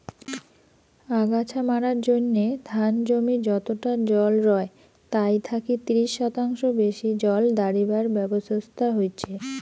আগাছা মারার জইন্যে ধান জমি যতটা জল রয় তাই থাকি ত্রিশ শতাংশ বেশি জল দাড়িবার ব্যবছস্থা হইচে